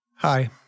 Hi